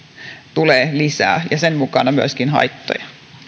tulee lisää ja sen mukana myöskin haittoja